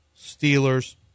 Steelers